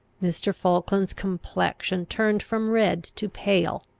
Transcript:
mr. falkland's complexion turned from red to pale,